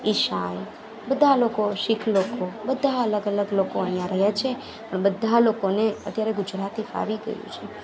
ઈસાઈ બધા લોકો શિખ લોકો બધા અલગ અલગ લોકો અહીંયા રહે છે પણ બધા લોકોને અત્યારે ગુજરાતી ફાવી ગયું છે